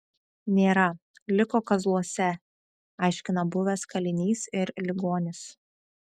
nėra liko kazluose aiškina buvęs kalinys ir ligonis